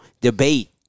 debate